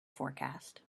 forecast